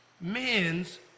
men's